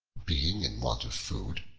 being in want of food,